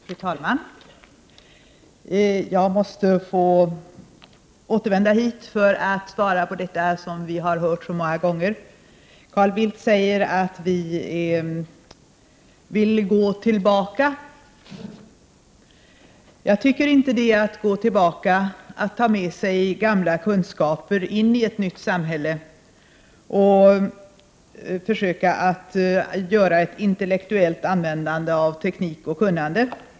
Fru talman! Jag måste få återvända för att svara på det som vi har hört så många gånger. Carl Bildt säger att vi vill gå tillbaka. Jag tycker inte att det är att gå tillbaka att ta med sig gamla kunskaper in i ett nytt samhälle och försöka få till stånd ett intellektuellt användande av teknik och kunnande.